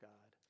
God